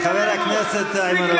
חבר הכנסת איימן עודה.